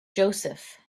joseph